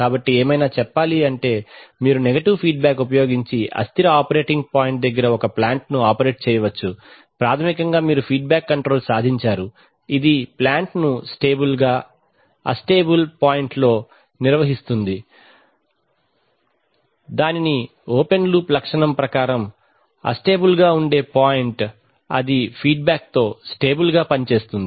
కాబట్టి ఏమైనా చెప్పాలంటే మీరు నెగెటివ్ ఫీడ్ బ్యాక్ ఉపయోగించి అస్థిర ఆపరేటింగ్ పాయింట్ దగ్గర ఒక ప్లాంట్ను ఆపరేట్ చేయవచ్చు ప్రాథమికంగా మీరు ఫీడ్బ్యాక్ కంట్రోల్ సాధించారు ఇది ప్లాంట్ను స్టేబుల్ గా ఆస్టేబుల్ పాయింట్లో నిర్వహిస్తుంది దాని ఓపెన్ లూప్ లక్షణం ప్రకారం అస్టేబుల్ గా ఉండే పాయింట్ అది ఫీడ్బ్యాక్తో స్టేబుల్ గా పనిచేస్తుంది